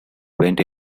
went